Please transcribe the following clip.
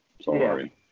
Sorry